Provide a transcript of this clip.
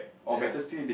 ya